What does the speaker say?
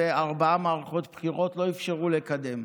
וארבע מערכות בחירות לא אפשרו לקדם,